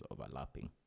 overlapping